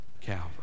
Calvary